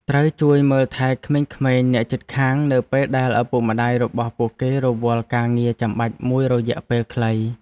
ត្រូវជួយមើលថែក្មេងៗអ្នកជិតខាងនៅពេលដែលឪពុកម្តាយរបស់ពួកគេរវល់ការងារចាំបាច់មួយរយៈពេលខ្លី។